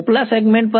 ઉપલા સેગમેન્ટ્સ પર